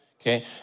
okay